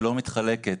שלא נחלקת.